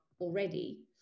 already